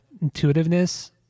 intuitiveness